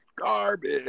garbage